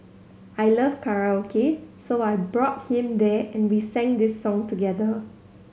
I love karaoke so I brought him there and we sang this song together